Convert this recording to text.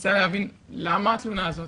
ניסה להבין למה התלונה הזאת.